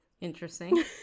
Interesting